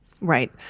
Right